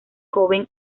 joven